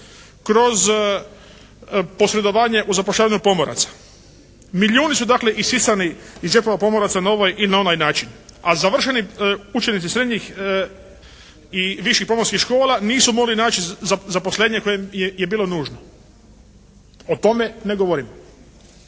kroz posredovanje u zapošljavanju pomoraca. Milijuni su dakle isisani i džepova pomoraca na ovaj i na onaj način. A završeni učenici srednjih i viših pomorskih škola nisu mogli naći zaposlenje koje im je bilo nužno. O tome ne govorimo.